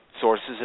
sources